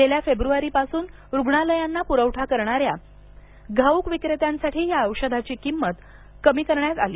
गेल्या फेब्रुवारीपासून रुग्णालयांना पुरवठा करणाऱ्या घाऊक विक्रेत्यांसाठी या औषधाची विक्री किंमत कमी करण्यात आली